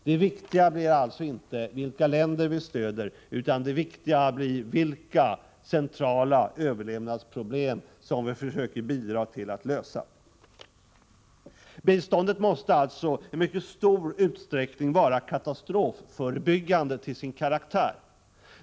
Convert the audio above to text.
Det viktiga är alltså inte vilka länder vi stöder, utan det viktiga är vilka centrala överlevnadsproblem vi försöker bidra till att lösa. Biståndet måste alltså i mycket stor utsträckning till sin karaktär vara katastrofförebyggande.